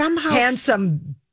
handsome